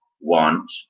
want